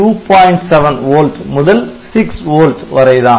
7 volt முதல் 6 volt வரைதான்